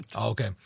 Okay